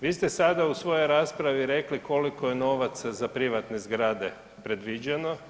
Vi ste sada u svojoj raspravi rekli koliko je novaca za privatne zgrade predviđeno.